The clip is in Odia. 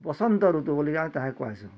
ବସନ୍ତ ଋତୁ ବୋଲିକା ତାହାକେ କହେସୁ